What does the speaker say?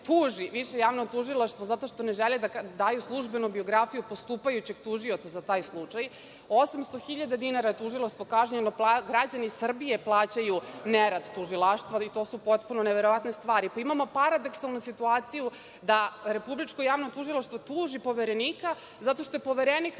tuži Više javno tužilaštvo zato što ne žele da daju službene biografije postupajućeg tužioca za taj slučaj, 800.000 dinara je tužilaštvo kažnjeno, građani Srbije plaćaju nerad tužilaštva ali to su potpuno neverovatne stvari. Imamo paradoksalnu situaciju da Republičko javno tužilaštvo tuži Poverenika zato što je Poverenik